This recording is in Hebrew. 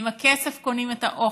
ועם הכסף קונים את האוכל.